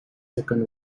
second